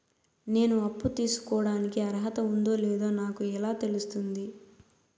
నేను అప్పు తీసుకోడానికి అర్హత ఉందో లేదో నాకు ఎలా తెలుస్తుంది?